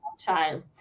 child